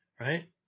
right